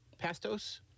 Pastos